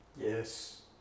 Yes